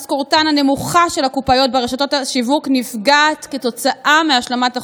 משכורתן הנמוכה של הקופאיות ברשתות נפגעת כתוצאה מהשלמת החוסרים,